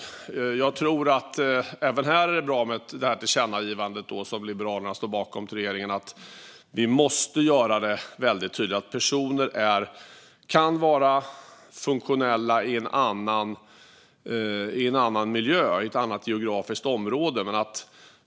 Även här tror jag att det är bra med tillkännagivandet till regeringen, som Liberalerna står bakom, om att vi måste göra det väldigt tydligt att personer kan vara funktionella i en annan miljö och i ett annat geografiskt område.